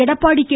Edappadi K